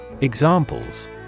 Examples